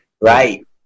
Right